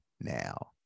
now